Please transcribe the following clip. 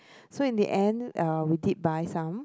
so in the end uh we did buy some